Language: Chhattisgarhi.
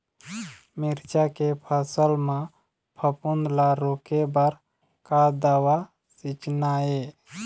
मिरचा के फसल म फफूंद ला रोके बर का दवा सींचना ये?